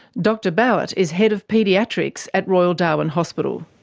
dr bauert is head of paediatrics at royal darwin hospital.